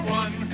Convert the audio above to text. one